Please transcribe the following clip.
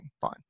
fine